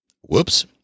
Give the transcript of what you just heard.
Whoops